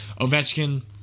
Ovechkin